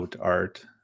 art